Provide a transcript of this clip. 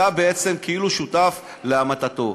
אתה בעצם כאילו שותף בהמתתו.